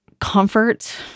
comfort